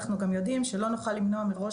אנחנו גם יודעים שלא נוכל למנוע מראש